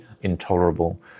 intolerable